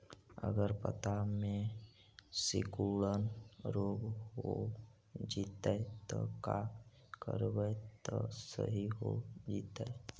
अगर पत्ता में सिकुड़न रोग हो जैतै त का करबै त सहि हो जैतै?